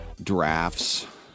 drafts